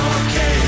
okay